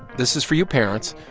this is for you, parents.